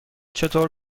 چطور